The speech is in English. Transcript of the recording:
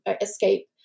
escape